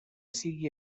sigui